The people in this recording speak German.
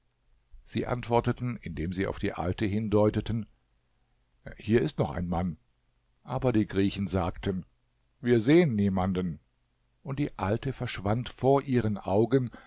sie antworteten indem sie auf die alte hindeuteten hier ist noch ein mann aber die griechen sagten wir sehen niemanden und die alte verschwand vor ihren augen